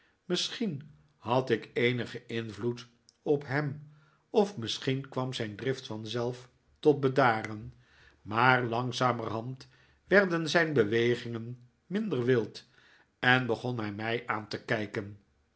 misschien had ik eenigen invloed op hem of misschien kwam zijn drift vanzelf tot bedaren maar langzamerhand werden zijn bewegingen minder wild en begon hij mij aan te kijken